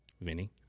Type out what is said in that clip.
Vinny